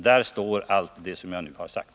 Där står allt det som jag nu har sagt.